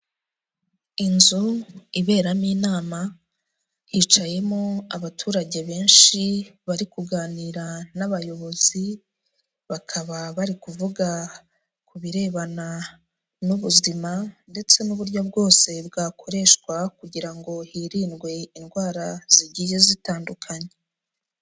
Inzu iberamo inama, hicayemo abaturage benshi bari kuganira n'abayobozi, bakaba bari kuvuga ku birebana n'ubuzima ndetse n'uburyo bwose bwakoreshwa kugira ngo hirindwe indwara zigiye zitandukanye.